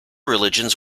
religions